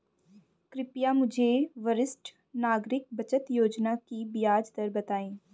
कृपया मुझे वरिष्ठ नागरिक बचत योजना की ब्याज दर बताएं